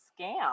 scam